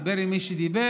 דיבר עם מי שדיבר,